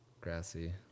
grassy